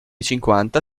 cinquanta